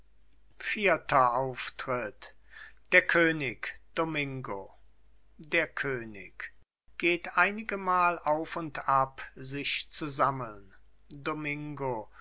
vierter auftritt der könig domingo könig geht einigemal auf und ab sich zusammeln domingo